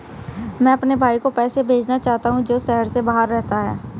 मैं अपने भाई को पैसे भेजना चाहता हूँ जो शहर से बाहर रहता है